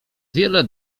wiele